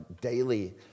daily